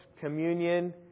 communion